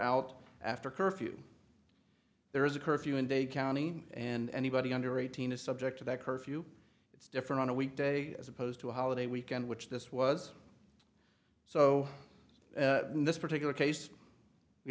out after curfew there is a curfew in dade county and anybody under eighteen is subject to that curfew it's different on a weekday as opposed to a holiday weekend which this was so in this particular case